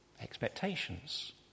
expectations